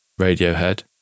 radiohead